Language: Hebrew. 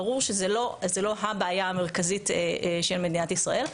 ברור שזו לא הבעיה המרכזית של מדינת ישראל,